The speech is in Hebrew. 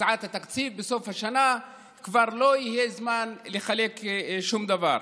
הצעת התקציב בסוף השנה כבר לא יהיה זמן לחלק שום דבר.